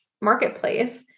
marketplace